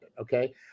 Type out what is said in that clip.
Okay